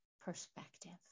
perspective